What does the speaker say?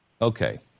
Okay